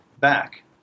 back